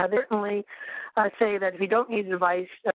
ah certainly say that if you don't need a device,